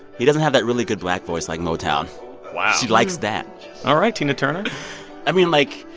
he doesn't have that really good black voice like motown wow she likes that all right, tina turner i mean, like,